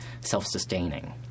self-sustaining